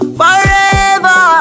forever